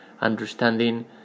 understanding